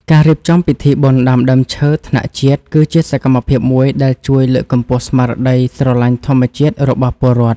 ការរៀបចំពិធីបុណ្យដាំដើមឈើថ្នាក់ជាតិគឺជាសកម្មភាពមួយដែលជួយលើកកម្ពស់ស្មារតីស្រឡាញ់ធម្មជាតិរបស់ពលរដ្ឋ។